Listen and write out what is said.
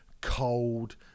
cold